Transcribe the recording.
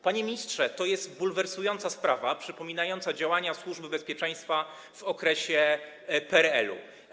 Panie ministrze, to jest bulwersująca sprawa, która przypomina działania Służby Bezpieczeństwa w okresie PRL-u.